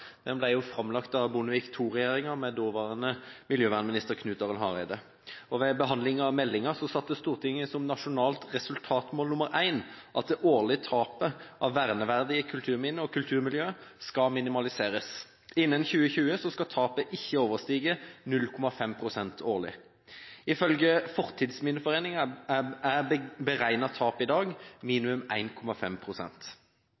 framlagt av Bondevik II-regjeringen med daværende miljøvernminister Knut Arild Hareide. Ved behandling av meldingen satt Stortinget som nasjonalt resultatmål nr. 1 at det årlige tapet av verneverdige kulturminner og kulturmiljøer skal minimaliseres. Innen 2020 skal tapet ikke overstige 0,5 pst. årlig. Ifølge Fortidsminneforeningen er beregnet tap i dag minimum 1,5 pst. I dag